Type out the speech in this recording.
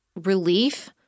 relief